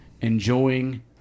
enjoying